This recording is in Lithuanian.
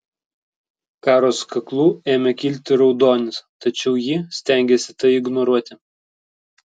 karos kaklu ėmė kilti raudonis tačiau ji stengėsi tai ignoruoti